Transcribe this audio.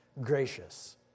gracious